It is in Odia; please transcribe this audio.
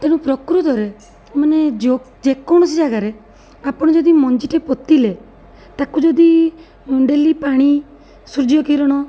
ତ ମୁଁ ପ୍ରକୃତରେ ମାନେ ଯୋ ଯେକୌଣସି ଜାଗାରେ ଆପଣ ଯଦି ମଞ୍ଜିଟେ ପୋତିଲେ ତାକୁ ଯଦି ଡେଲି ପାଣି ସୂର୍ଯ୍ୟକିରଣ